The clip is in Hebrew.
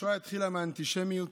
השואה התחילה מאנטישמיות